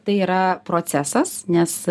tai yra procesas nes